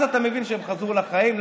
אז אתה מבין שהם חזרו לחיים.